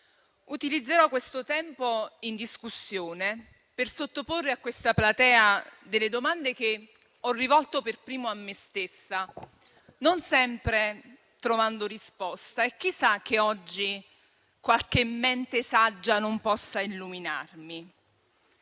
utilizzerò questo tempo in discussione per sottoporre a questa platea delle domande che ho rivolto per prima a me stessa, non sempre trovando risposta. Chissà che oggi qualche mente saggia non possa illuminarmi.